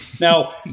Now